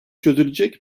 çözülecek